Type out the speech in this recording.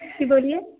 جی بولیے